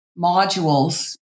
modules